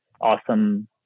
awesome